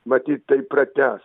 matyt tai pratęs